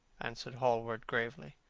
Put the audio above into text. answered hallward gravely,